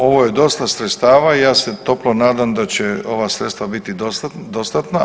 Ovo je dosta sredstava i ja se toplo nadam da će ova sredstva biti dostatna.